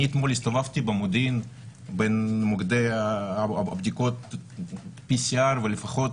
אתמול אני הסתובבתי במודיעין בין מוקדי הבדיקות של ה-PCR ולפחות